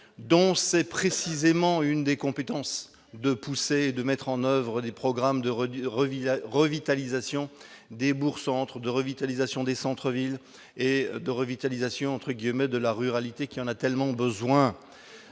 dont c'est précisément une des compétences de pousser et de mettre en oeuvre les programmes de Redu Revit la revitalisation des bourses de revitalisation des centres-villes et de revitalisation, entre guillemets, de la ruralité, qui en a tellement besoin,